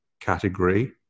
category